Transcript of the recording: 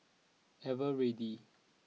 Eveready